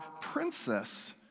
princess